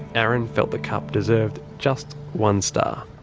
aaron felt the cup deserved just one star.